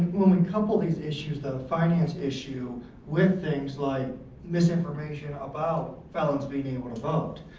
when we couple these issues of finance issue with things like misinformation about felons being able to vote.